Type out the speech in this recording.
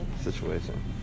situation